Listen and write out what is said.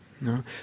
no